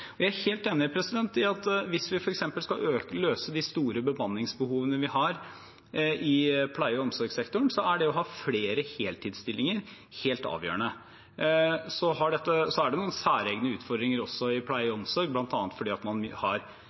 Jeg er helt enig i at hvis vi f.eks. skal løse det store bemanningsbehovet vi har i pleie- og omsorgssektoren, er det å ha flere heltidsstillinger helt avgjørende. Så er det noen særegne utfordringer også innen pleie- og omsorgssektoren, bl.a. fordi man har helgejobbing, som igjen gjør at